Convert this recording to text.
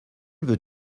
veux